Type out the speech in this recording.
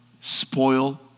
spoil